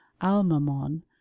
almamon